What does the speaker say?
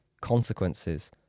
consequences